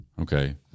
okay